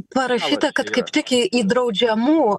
parašyta kad kaip tik į draudžiamų